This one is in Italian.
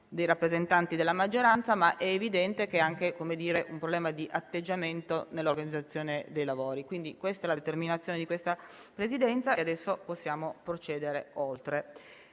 dei rappresentanti della maggioranza. È evidente che è anche un problema di atteggiamento nell'organizzazione dei lavori. Essendo questa la determinazione di questa Presidenza, possiamo proseguire